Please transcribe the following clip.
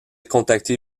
contactée